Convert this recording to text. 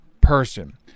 person